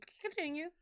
Continue